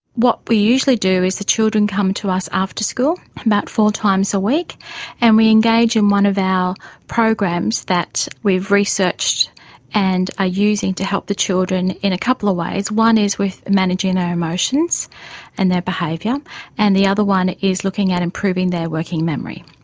what we usually do is the children come to us after school about four times a week and we engage in one of our programs that we've researched and are using to help the children in a couple of ways. one is with managing their emotions and their behaviour um and the other one is looking at improving their working memory.